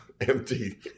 empty